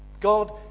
God